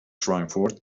فرانکفورت